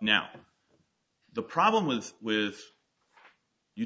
now the problem with with you